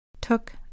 Took